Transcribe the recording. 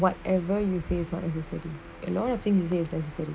it's not whatever you say it's not necessarily is a lot of thing is unnecessary